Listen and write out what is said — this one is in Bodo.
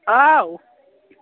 औ